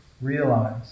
realize